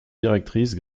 directrice